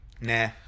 nah